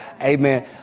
Amen